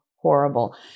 horrible